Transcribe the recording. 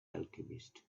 alchemist